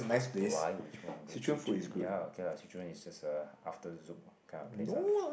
why would you want to go Swee Choon ya okay lah Swee Choon is just a after Zouk kind of place ah